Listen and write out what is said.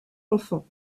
enfants